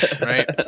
right